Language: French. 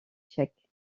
tchèque